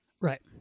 right